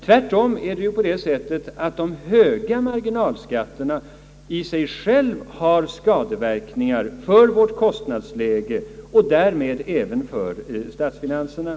Tvärtom medför ju de höga marginalskatterna i sig själva skadeverkningar för vårt kostnadsläge och därmed även för statsfinanserna.